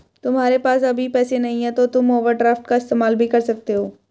तुम्हारे पास अभी पैसे नहीं है तो तुम ओवरड्राफ्ट का इस्तेमाल भी कर सकते हो